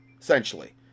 essentially